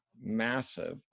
massive